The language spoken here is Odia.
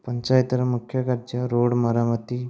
ପଞ୍ଚାୟତର ମୁଖ୍ୟ କାର୍ଯ୍ୟ ରୋଡ଼ ମରାମତି